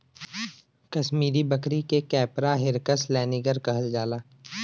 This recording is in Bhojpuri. कसमीरी बकरी के कैपरा हिरकस लैनिगर कहल जाला